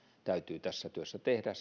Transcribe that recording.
täytyy tässä työssä tehdä